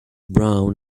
brown